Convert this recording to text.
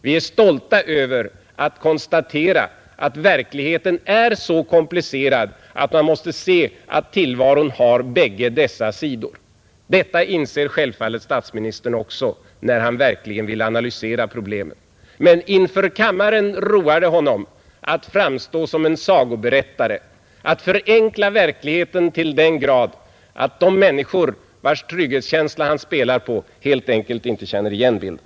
Vi är stolta över att konstatera att verkligheten är så komplicerad att man måste se att tillvaron har bägge dessa sidor. Detta inser självfallet statsministern också när han verkligen vill analysera problemet. Men inför kammaren roar det honom att framstå som en sagoberättare, att förenkla verkligheten till den grad att de människor, vilkas trygghetskänsla han spelar på, helt enkelt inte känner igen bilden.